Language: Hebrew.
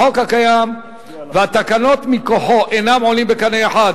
החוק הקיים והתקנות מכוחו אינם עולים בקנה אחד